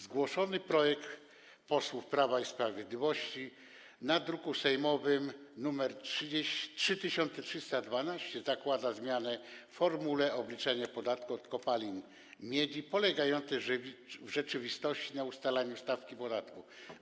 Zgłoszony projekt posłów Prawa i Sprawiedliwości, druk sejmowy nr 3312, zakłada zmianę w formule obliczania podatku od kopalin miedzi polegającą w rzeczywistości na ustalaniu stawki podatku.